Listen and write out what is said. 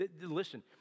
listen